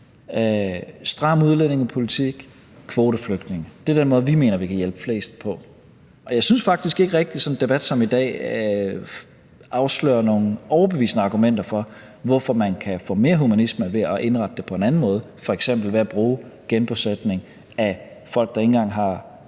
stram udlændingepolitik og kvoteflygtninge. Det er den måde, vi mener vi kan hjælpe flest på. Og jeg synes faktisk ikke rigtig, at sådan en debat som i dag afslører nogle overbevisende argumenter for, hvorfor man kan få mere humanisme ved at indrette det på en anden måde, f.eks. ved at bruge genbosætning af folk, der ikke engang har